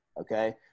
okay